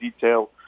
detail